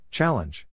Challenge